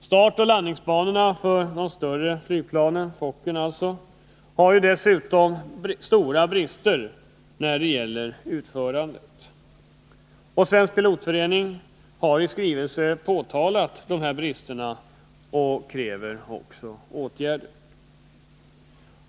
Startoch landningsbanorna för de större flygplanen, alltså Fokkerplanen, har dessutom stora brister när det gäller utförandet. Svensk pilotförening har i skrivelser påtalat dessa brister och kräver också åtgärder.